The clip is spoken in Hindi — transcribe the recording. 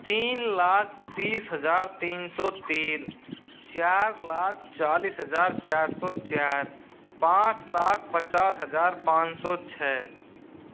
तीन लाख तीस हज़ार तीन सौ तीन चार लाख चालीस हज़ार चार सौ चार पाँच लाख पचास हज़ार पाँच सौ छः